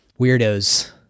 weirdos